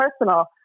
personal